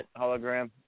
hologram